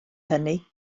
hynny